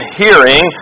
hearing